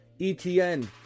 ETN